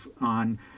on